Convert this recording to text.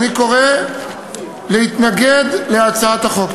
אני קורא להתנגד להצעת החוק.